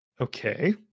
okay